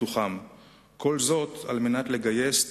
די להזכיר את מה שכונה "הטבח בג'נין" בזמן מבצע "חומת